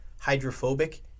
hydrophobic